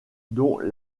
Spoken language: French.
dont